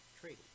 trading